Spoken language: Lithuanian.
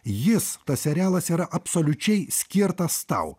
jis tas serialas yra absoliučiai skirtas tau